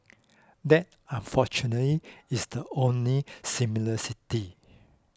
that unfortunately is the only